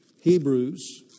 Hebrews